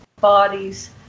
bodies